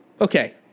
okay